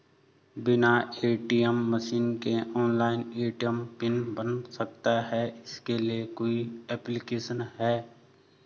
बिना ATM machine के online ATM PIN बन सकता है इसके लिए कोई ऐप्लिकेशन है?